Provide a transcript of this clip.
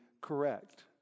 correct